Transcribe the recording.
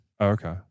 Okay